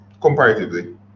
comparatively